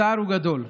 הצער הוא גדול.